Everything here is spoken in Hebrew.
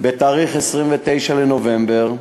ב-29 בנובמבר,